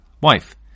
wife